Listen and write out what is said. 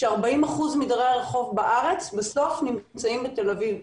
ש-40% מדיירי הרחוב בארץ בסוף נמצאים בתל אביב.